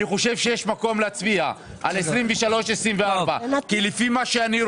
אני חושב שיש מקום להצביע על 2023-2024. בסדר,